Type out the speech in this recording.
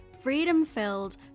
freedom-filled